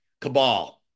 cabal